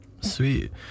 sweet